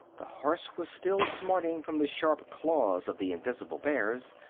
the horse was still smarting from the sharp claws of the invisible bears,